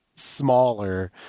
smaller